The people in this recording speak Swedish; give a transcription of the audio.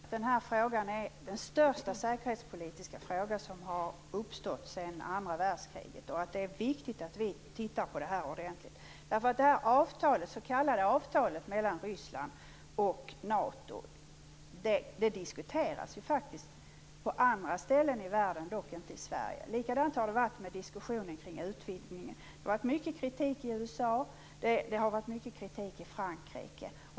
Herr talman! Jag anser att den här frågan är den största säkerhetspolitiska fråga som har uppstått sedan andra världskriget. Det är viktigt att vi tittar på det här ordentligt. Det s.k. avtalet mellan Ryssland och NATO diskuteras ju faktiskt på andra ställen i världen, dock inte i Sverige. Likadant har det varit med diskussionen kring utvidgningen. Det har varit mycket kritik i USA och Frankrike.